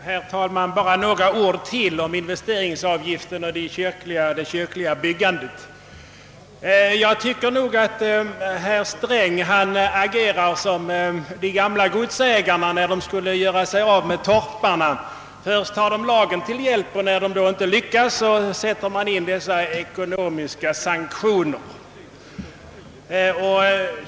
Herr talman! Bara några ord ytterligare om investeringsavgiften och det kyrkliga byggandet. Jag tycker nog att herr Sträng agerar som de gamla godsägarna när de skulle göra sig av med torparna. Först tog de lagen till hjälp, och när de sedan inte lyckas därmed satte de in ekonomiska sanktioner.